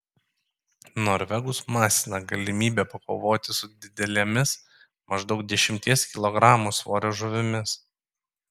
norvegus masina galimybė pakovoti su didelėmis maždaug dešimties kilogramų svorio žuvimis